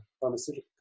pharmaceutical